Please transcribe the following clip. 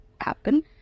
happen